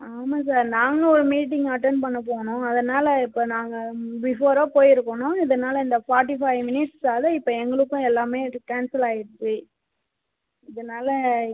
ஆமாம் சார் நாங்களும் ஒரு மீட்டிங் அட்டென்ட் பண்ண போனோம் அதனால் இப்போ நாங்கள் பிஃபோராக போயிருக்கனும் இதனால் இந்த ஃபார்ட்டி ஃபைவ் மினிட்ஸால இப்போ எங்களுக்கும் எல்லாமே இது கேன்சல் ஆயிடுச்சு இதனால்